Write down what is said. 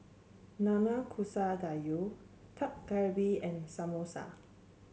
Nanakusa Gayu Dak Galbi and Samosa